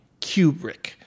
Kubrick